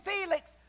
Felix